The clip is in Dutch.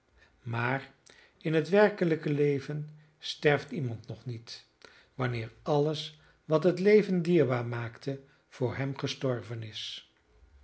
maar in het werkelijke leven sterft iemand nog niet wanneer alles wat het leven dierbaar maakte voor hem gestorven is